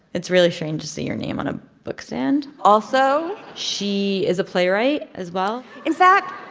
it's really strange to see your name on a bookstand also. she is a playwright as well in fact,